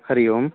हरियोम्